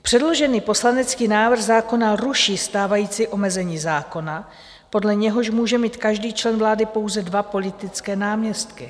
Předložený poslanecký návrh zákona ruší stávající omezení zákona, podle něhož může mít každý člen vlády pouze dva politické náměstky.